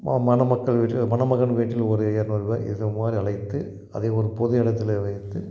மணமக்கள் வீட்டில் மணமகன் வீட்டில் ஒரு இரநூறு பேர் இது மாதிரி அழைத்து அதை ஒரு பொது இடத்திலே வைத்து